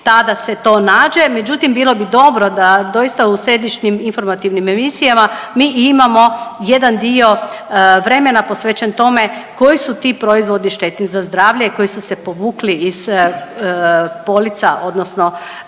tada se to nađe. Međutim, bilo bi dobro da doista u središnjim informativnim emisijama mi imamo jedan dio vremena posvećen tome koji su ti proizvodi štetni za zdravlje i koji su se povukli iz polica odnosno